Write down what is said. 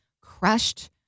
crushed